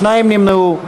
שניים נמנעו.